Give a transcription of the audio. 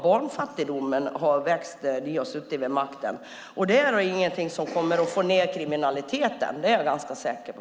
Barnfattigdomen har växt när ni har suttit vid makten, och det är ingenting som kommer att minska kriminaliteten, det är jag ganska säker på.